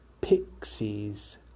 pixies